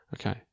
okay